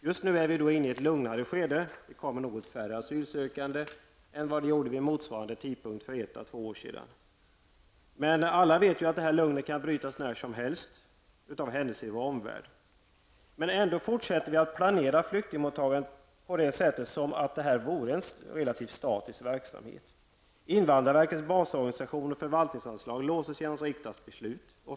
Just nu är vi inne i ett lugnare skede där ett färre antal asylsökande än vid samma tidpunkt för ett och två år sedan kommer till Sverige. Men alla vet att detta lugn när som helst kan brytas till följd av händelser i vår omvärld. Ändå envisas vi med att planera flyktingmottagandet som om det var en relativt statisk verksamhet. Invandrarverkets basorganisation och förvaltningsanslag låses genom riksdagsbeslut.